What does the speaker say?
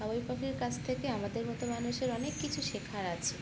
বাবুই পাখির কাছ থেকে আমাদের মতো মানুষের অনেক কিছু শেখার আছে